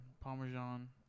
parmesan